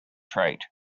trait